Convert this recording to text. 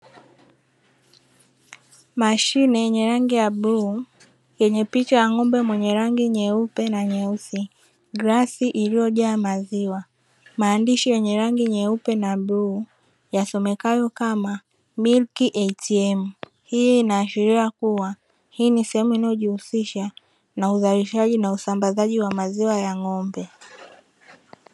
Mashine yenye rangi ya bluu yenye picha ya ng'ombe mwenye rangi nyeupe na nyeusi, glasi iliyojaa maziwa maandishi yenye rangi nyeupe na bluu, yasomekayo kama "MILK ATM". Hii inaashiria kuwa hii ni sehemu inayojuhisisha na uzalishaji na usambazaji wa maziwa ya ng'ombe.